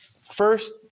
first